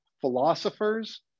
philosophers